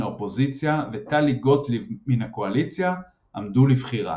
האופוזיציה וטלי גוטליב מן הקואליציה – עמדו לבחירה.